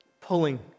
pulling